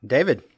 David